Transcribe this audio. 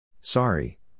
Sorry